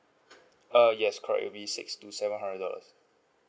err yes correct it will be six to seven hundred dollars